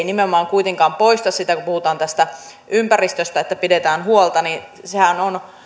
nimenomaan kuitenkaan poista sitä kun puhutaan että ympäristöstä pidetään huolta vaan sehän on